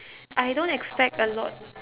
I don't expect a lot